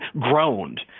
groaned